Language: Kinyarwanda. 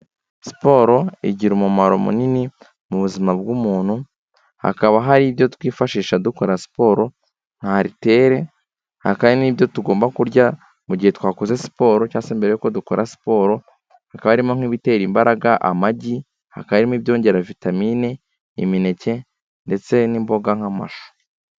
Siporo igira umumaro munini mu buzima bw'umuntu, hakaba hari ibyo twifashisha dukora siporo nka aritere, hakaba hari n'ibyo tugomba kurya mu gihe twakoze siporo cyangwa se mbere y'uko dukora siporo, hakaba harimo nk'ibitera imbaraga amagi, hakaba harimo ibyongera vitamine imineke ndetse n'imboga nk'amashu.